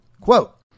quote